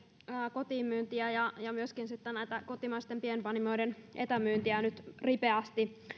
kotiinmyyntiä ja ja myöskin kotimaisten pienpanimoiden etämyyntiä nyt hallitus ripeästi